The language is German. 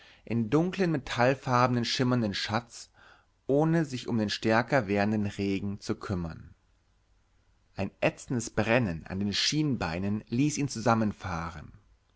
in dunklen metallfarben schimmernden schatz ohne sich um den stärker werdenden regen zu kümmern ein ätzendes brennen an den schienbeinen ließ ihn zusammenfahren